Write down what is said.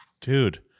Dude